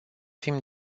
fim